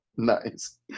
Nice